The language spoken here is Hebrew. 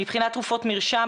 מבחינת תרופות מרשם,